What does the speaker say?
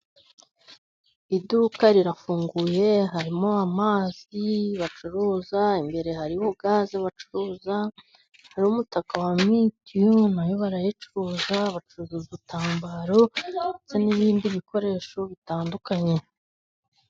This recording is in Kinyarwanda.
Iduka rirafunguye. Harimo amazi bacuruza, imbere hari gazi bacuruza n'umutaka wa MTN na yo barayacuruza. Bacuruza udutambaro ndetse n'ibindi bikoresho bitandukanye.